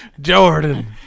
Jordan